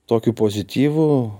tokiu pozityvu